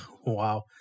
Wow